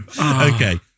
Okay